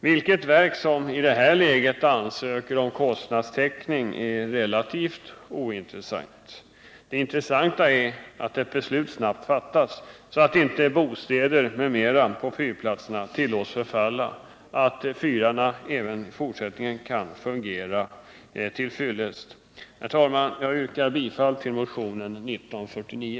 Vilket verk som i detta läge ansöker om kostnadstäckning är relativt ointressant. Det intressanta är att ett beslut snabbt fattas, så att fyrarna även i fortsättningen kan fungera tillfredsställande och så att inte bostäder m.m. på fyrplatserna tillåts förfalla. Herr talman! Jag yrkar bifall till motionen 1949.